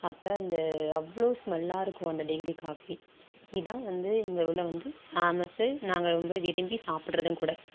அப்போது அந்த அவ்வளோ ஸ்மெல்லாக இருக்கும் அந்த டிகிரி காஃபி இதுதான் வந்து எங்கள் ஊரில் வந்து ஃபேமஸ்ஸு நாங்கள் ரொம்ப விரும்பி சாப்பிட்றதும் கூட